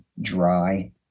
dry